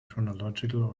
chronological